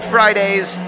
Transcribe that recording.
Fridays